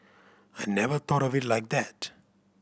I never thought of it like that